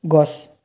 গছ